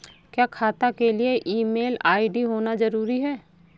क्या खाता के लिए ईमेल आई.डी होना जरूरी है?